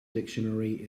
dictionary